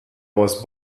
was